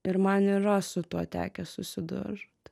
ir man yra su tuo tekę susidurt